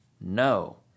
No